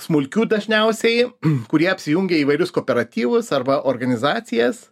smulkių dažniausiai kurie apsijungia į įvairius kooperatyvus arba organizacijas